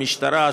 המשטרה,